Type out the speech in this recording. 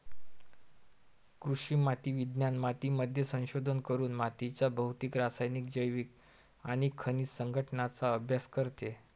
कृषी माती विज्ञान मातीमध्ये संशोधन करून मातीच्या भौतिक, रासायनिक, जैविक आणि खनिज संघटनाचा अभ्यास करते